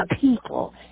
people